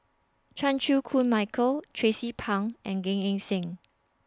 Chan Chew Koon Michael Tracie Pang and Gan Eng Seng